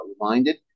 reminded